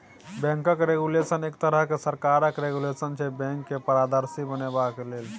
बैंकक रेगुलेशन एक तरहक सरकारक रेगुलेशन छै बैंक केँ पारदर्शी बनेबाक लेल